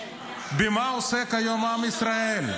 במה עוסק היום עם ישראל?